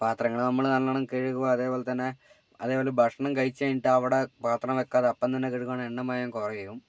പാത്രങ്ങൾ നമ്മൾ നല്ലോണം കഴുകുക അതേപോലെത്തന്നെ അതേപോലെ ഭക്ഷണം കഴിച്ചു കഴിഞ്ഞിട്ട് അവിടെ പാത്രം വയ്ക്കാതെ അപ്പം തന്നെ കഴുകുകയാണെങ്കിൽ എണ്ണമയം കുറയും